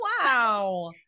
Wow